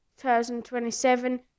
2027